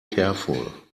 careful